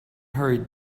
hurried